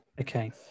Okay